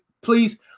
please